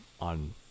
on